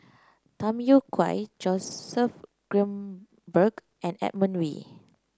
Tham Yui Kai Joseph Grimberg and Edmund Wee